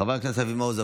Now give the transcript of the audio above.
חבר הכנסת אבי מעוז,